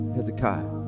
Hezekiah